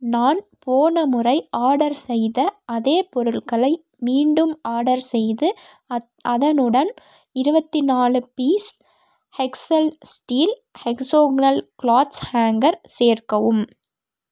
நான் போன முறை ஆர்டர் செய்த அதே பொருட்களை மீண்டும் ஆர்டர் செய்து அத் அதனுடன் இருபத்தி நாலு piece hexel steel hexagonal clothes hanger சேர்க்கவும்